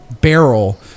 barrel